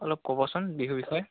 অলপ ক'বচোন বিহু বিষয়ে